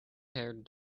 haired